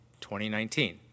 2019